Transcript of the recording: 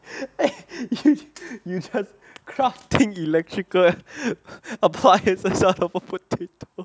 eh you you just crafting electrical appliances out of a potato